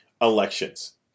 Elections